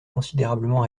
considérablement